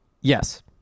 Yes